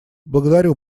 благодарю